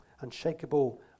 unshakable